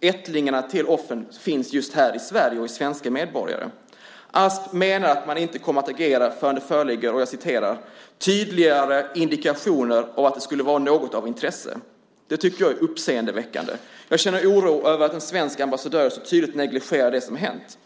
ättlingarna till offren finns just här i Sverige och är svenska medborgare. Asp menar att man inte kommer att agera förrän det föreligger, som han säger, tydligare indikationer på att det skulle vara något av intresse. Det tycker jag är uppseendeväckande. Jag känner oro över att en svensk ambassadör så tydligt negligerar det som hänt.